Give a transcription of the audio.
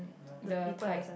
the tide